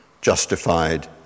justified